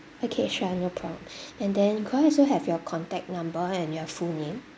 okay sure no problem and then could I also have your contact number and your full name